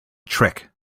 trick